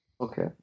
Okay